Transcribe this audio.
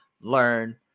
learn